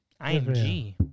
IMG